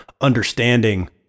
understanding